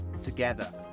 together